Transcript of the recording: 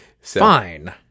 Fine